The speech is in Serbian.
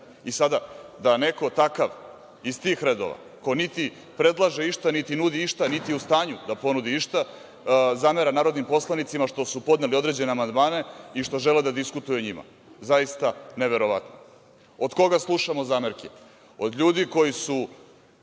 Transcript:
zanima. Sada, da neko takav iz tih redova, ko niti predlaže išta niti nudi išta, niti je u stanju da ponudi išta zamera narodnim poslanicima što su podneli određene amandmane i što žele da diskutuju o njima. Zaista neverovatno. Od koga slušamo zamerke? Od ljudi koji su